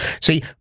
see